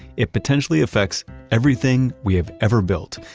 it potentially affects everything we have ever built.